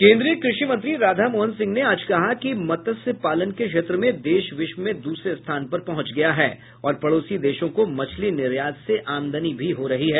केन्द्रीय कृषि मंत्री राधामोहन सिंह ने आज कहा कि मत्स्य पालन के क्षेत्र में देश विश्व में दूसरे स्थान पर पहुंच गया है और पड़ोसी देशों को मछली निर्यात से आमदनी भी हो रही है